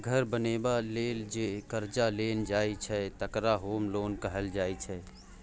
घर बनेबा लेल जे करजा लेल जाइ छै तकरा होम लोन कहल जाइ छै